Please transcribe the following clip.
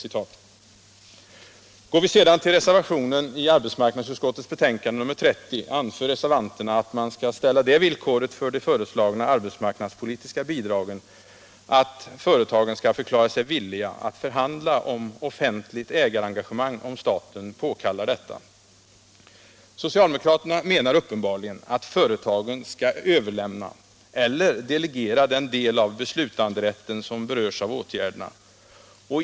I reservationen vid arbetsmarknadsutskottets betänkande nr 30 anför reservanterna att man skall ställa det villkoret för de föreslagna arbetsmarknadspolitiska bidragen att företagen skall förklara sig villiga att förhandla om offentligt ägarengagemang, om staten påkallar detta. Socialdemokraterna menar uppenbarligen att företagen skall överlämna eller delegera den del av beslutanderätten som berörs av åtgärderna.